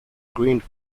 green